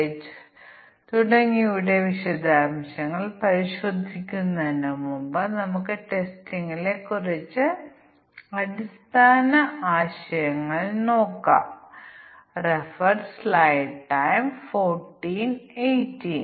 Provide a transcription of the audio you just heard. അതിനാൽ നമ്മൾ ഓർക്കേണ്ട ഒരു കാര്യം ഞാൻ നേരത്തെ പറഞ്ഞിരുന്നു സാധ്യമായ എല്ലാ കോമ്പിനേഷനുകളും ഞങ്ങൾ പരിഗണിക്കേണ്ടതുണ്ട് കാരണം നിരവധി പാരാമീറ്ററുകൾ നൽകിയാൽ നമുക്ക് ചില കോമ്പിനേഷനുകൾ നഷ്ടപ്പെടാൻ സാധ്യതയുണ്ട്